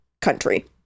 country